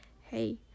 hey